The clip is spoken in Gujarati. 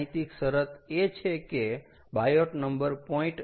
ગાણિતિક શરત એ છે કે બાયોટ નંબર 0